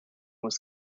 was